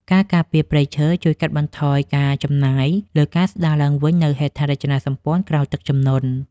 ការការពារព្រៃឈើជួយកាត់បន្ថយការចំណាយលើការស្តារឡើងវិញនូវហេដ្ឋារចនាសម្ព័ន្ធក្រោយទឹកជំនន់។